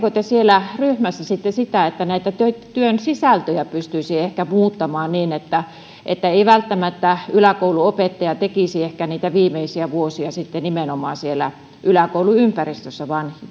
siellä ryhmässä sitä että työn työn sisältöjä pystyisi ehkä muuttamaan niin että että ei välttämättä yläkoulunopettaja tekisi niitä viimeisiä vuosia nimenomaan siellä yläkouluympäristössä vaan